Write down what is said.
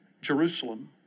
Jerusalem